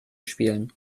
spielen